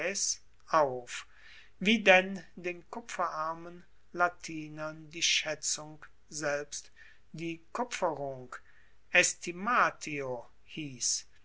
auf wie denn den kupferarmen latinern die schaetzung selbst die kupferung